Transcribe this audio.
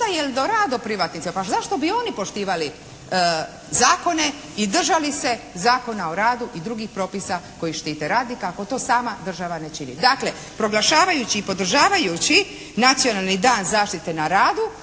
pa zašto bi oni poštivali zakone i držali se Zakona o radu i drugih propisa koji štite radnika ako to sama država ne čini. Dakle, proglašavajući i podržavajući Nacionalni dan zaštite na radu